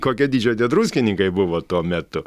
kokio dydžio tie druskininkai buvo tuo metu